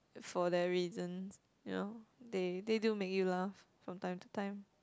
for that reasons you know they they do make you laugh from time to time